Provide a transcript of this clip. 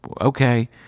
okay